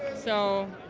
so,